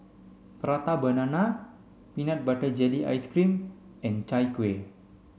prata banana peanut butter jelly ice cream and Chai Kueh